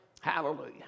Hallelujah